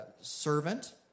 servant